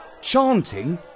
chanting